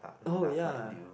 oh ya